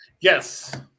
yes